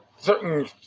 Certain